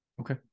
Okay